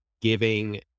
giving